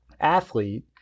athlete